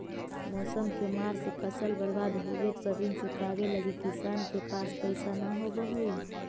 मौसम के मार से फसल बर्बाद होवे पर ऋण चुकावे लगी किसान के पास पइसा न होवऽ हइ